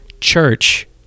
church